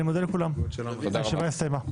אני מודה לכולם, הישיבה הסתיימה.